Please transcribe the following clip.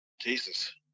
Jesus